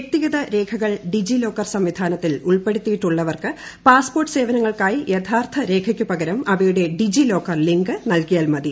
വൃക്തിഗത രേഖകൾ ഡിജിലോക്കർ സംവിധാനത്തിൽ ഉൾപ്പെടുത്തിയിട്ടുള്ളവർക്ക് പാസ്പോർട്ട് സേവനങ്ങൾക്കായി യഥാർത്ഥ രേഖയ്ക്ക് പകരം അവയുടെ ഡിജി ലോക്കർ ലിങ്ക് നൽകിയാൽ മതി